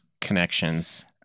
connections